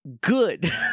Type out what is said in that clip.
good